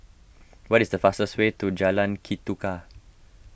what is the fastest way to Jalan Ketuka